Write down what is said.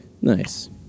Nice